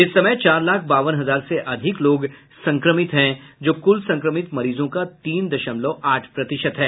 इस समय चार लाख बावन हजार से अधिक लोग संक्रमित हैं जो कुल संक्रमित मरीजों का तीन दशमलव आठ प्रतिशत है